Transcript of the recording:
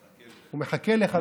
הוא מחכה לך,